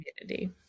community